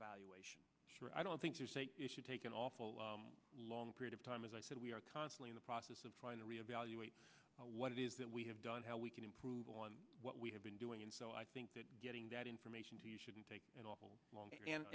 evaluation i don't think take an awful long period of time as i said we are constantly the process of trying to re evaluate what it is that we have done how we can improve on what we have been doing and so i think getting that information to you shouldn't take an awful long time and